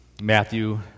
Matthew